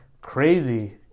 crazy